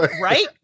right